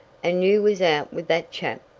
and you was out with that chap?